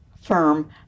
firm